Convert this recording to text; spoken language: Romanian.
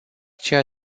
ceea